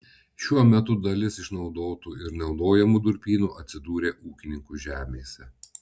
šiuo metu dalis išnaudotų ir naudojamų durpynų atsidūrė ūkininkų žemėse